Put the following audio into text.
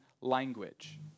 language